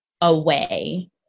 away